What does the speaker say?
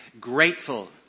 grateful